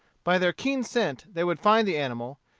by their keen scent they would find the animal,